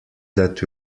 that